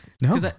No